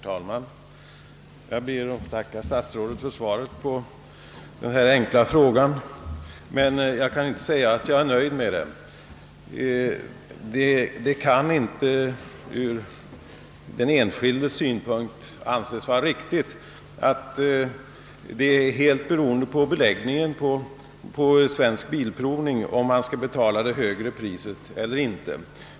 Herr talman! Jag ber att få tacka statsrådet Palme för svaret på min enkla fråga, men jag kan inte säga att jag är nöjd med det. Det kan ur den enskildes synpunkt inte anses vara riktigt att det är helt beroende på beläggningen på Svensk bilprovning om man skall betala den högre avgiften eller inte.